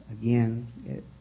Again